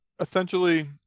essentially